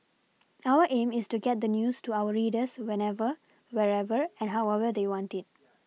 our aim is to get the news to our readers whenever wherever and however they want it